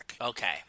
Okay